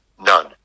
None